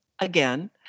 Again